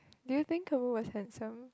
do you think Caroo was handsome